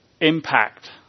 impact